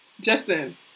Justin